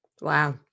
Wow